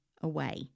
away